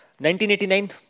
1989